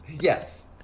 yes